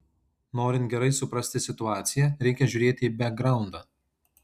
norint gerai suprasti situaciją reikia žiūrėti į bekgraundą